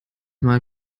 mal